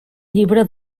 llibre